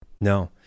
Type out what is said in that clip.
No